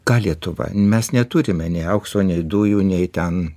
ką lietuva mes neturime nei aukso nei dujų nei ten